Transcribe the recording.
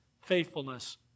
faithfulness